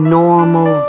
normal